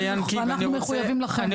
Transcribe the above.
אנחנו מחויבים לכם.